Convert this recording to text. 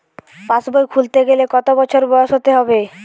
পাশবই খুলতে গেলে কত বছর বয়স হতে হবে?